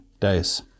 days